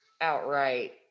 outright